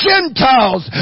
Gentiles